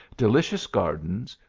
delicious gardens,